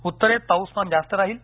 उत्तरेत पाऊसमान जास्त राहील